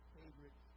favorite